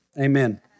Amen